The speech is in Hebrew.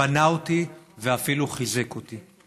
בנה אותי ואפילו חיזק אותי.